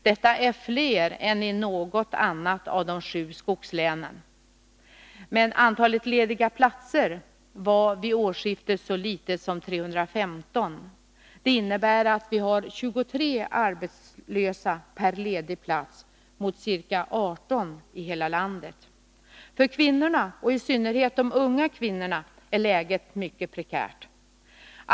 Detta är fler än i något annat av de sju skogslänen. Men antalet lediga platser var vid årsskiftet så litet som 315. Det innebär att vi har 23 arbetslösa per ledig plats mot ca 18 i hela landet. För kvinnorna, och i synnerhet de unga kvinnorna, är läget mycket prekärt.